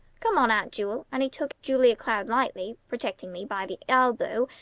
come on, aunt jewel! and he took julia cloud lightly, protectingly by the elbow,